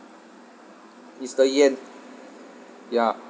mister yen ya